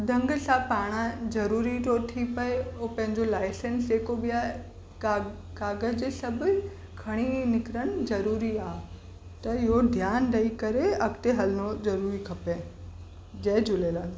ढंग सां पाणा जरूरी थो थी पए उहो पंहिंजो लाइसेंस जेको बि आहे काग काग़ज़ सभई खणी निकिरनि ज़रूरी आ त इहो ध्यानु ॾेई करे अॻिते हलिणो ज़रूरी खपे जय झूलेलाल